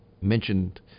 Mentioned